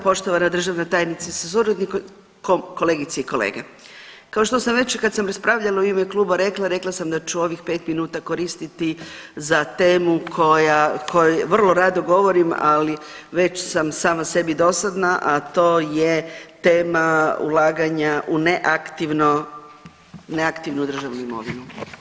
Poštovana državna tajnice sa suradnikom, kolegice i kolege, kao što sam već kad sam raspravljala u ime kluba rekla, rekla sam da ću ovih 5 minuta koristiti za temu koja, o kojoj vrlo rado govorim, ali već sam sama sebi dosadna, a to je tema ulaganja u neaktivno, neaktivnu državnu imovinu.